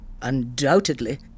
undoubtedly